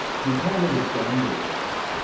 we call it a gender gap,